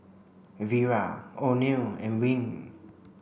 Vera Oneal and Wing